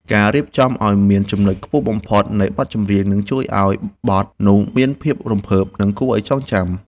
ការរៀបចំឱ្យមានចំណុចខ្ពស់បំផុតនៃបទចម្រៀងនឹងជួយឱ្យបទនោះមានភាពរំភើប និង គួរឱ្យចងចាំ។